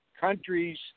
countries